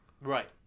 Right